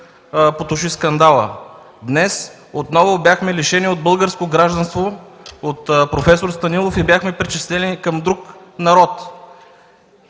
потуши скандала. Днес отново бяхме лишени от българско гражданство от проф. Станилов и бяхме причислени към друг народ.